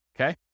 okay